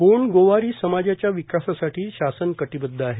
गोंड गोवारी समाजाच्या विकासासाठी शासन कटिबद्ध आहे